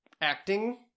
acting